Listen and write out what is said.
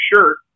shirt